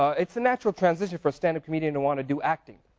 it's a natural transition for a stand up comedian to wanna do acting.